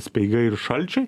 speigai ir šalči